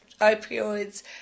opioids